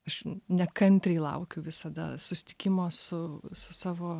aš nekantriai laukiu visada susitikimo su su savo